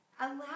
allow